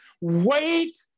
Wait